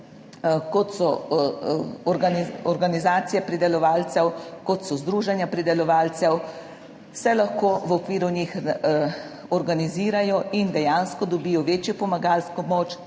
kot so organizacije pridelovalcev, kot so združenja pridelovalcev se lahko v okviru njih organizirajo in dejansko dobijo večjo pomagalsko moč.